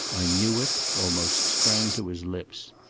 i knew it, almost sprang to his lips.